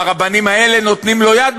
שהרבנים האלה נותנים לו יד,